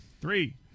three